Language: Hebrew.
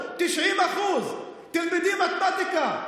90%. תלמדי מתמטיקה.